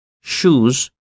shoes